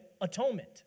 atonement